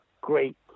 great